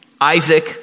Isaac